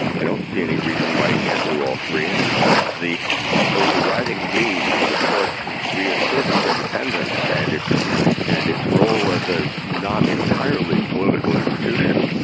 i don't see any reason why he can't do all three. and in fact the overriding need for the court to reassert its independence and its and its role as a not entirely political institution